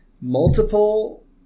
multiple